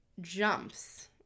jumps